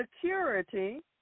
security